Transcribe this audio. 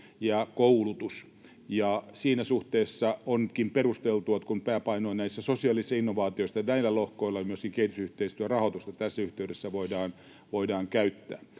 ja koulutus, ja siinä suhteessa onkin perusteltua, että kun pääpaino on näissä sosiaalisissa innovaatioissa, näillä lohkoilla myöskin kehitysyhteistyörahoitusta tässä yhteydessä voidaan käyttää.